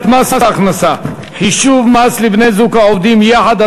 מס הכנסה (חישוב מס לבני-זוג העובדים יחד),